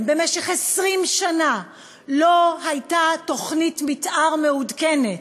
במשך 20 שנה לא הייתה תוכנית מתאר מעודכנת,